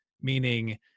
meaning